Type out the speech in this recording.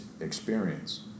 experience